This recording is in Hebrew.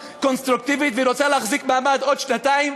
קונסטרוקטיבית והיא רוצה להחזיק מעמד עוד שנתיים,